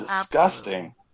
disgusting